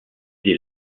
des